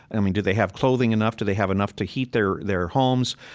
i mean, do they have clothing enough, do they have enough to heat their their homes?